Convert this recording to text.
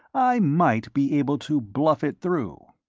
i might be able to bluff it through.